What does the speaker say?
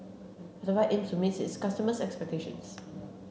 Ocuvite aims to meet its customers' expectations